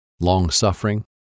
long-suffering